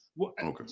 okay